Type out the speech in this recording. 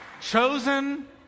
chosen